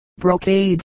Brocade